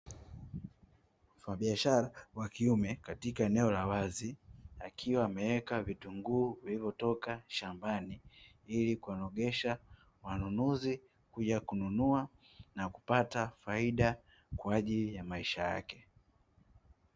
Mfanyabiashara wa kiume katika eneo la wazi, akiwa ameweka vitunguu vilivyotoka shambani, ili kuwanogesha wanunuzi kuja kununua na kupata faida kwa ajili ya maisha yake.